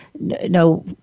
no